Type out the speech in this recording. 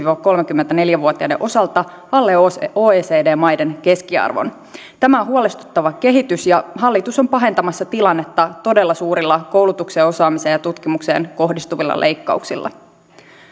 viiva kolmekymmentäneljä vuotiaiden osalta alle oecd maiden keskiarvon tämä on huolestuttava kehitys ja hallitus on pahentamassa tilannetta todella suurilla koulutukseen osaamiseen ja tutkimukseen kohdistuvilla leikkauksilla